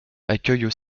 accueillent